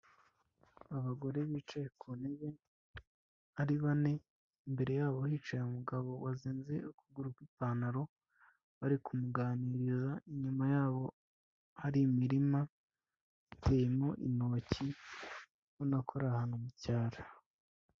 Abagore bicaye ku ntebe ari bane, imbere yabo hicaye umugabo wazinze ukuguru kw'ipantaro, bari kumuganiriza, inyuma yabo hari imirima iteyemo intoki, ubana ko ari ahantu mu cyaro.